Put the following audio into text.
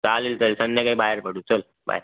चालेल चालेल संध्याकाळी बाहेर पडू चल बाय